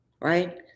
Right